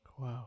Wow